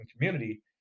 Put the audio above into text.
community